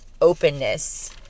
openness